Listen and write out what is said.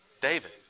David